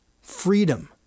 Freedom